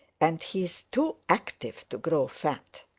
and he is too active to grow fat.